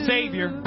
Savior